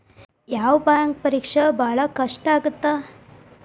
ಯಾವ್ ಬ್ಯಾಂಕ್ ಪರೇಕ್ಷೆ ಭಾಳ್ ಕಷ್ಟ ಆಗತ್ತಾ?